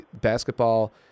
Basketball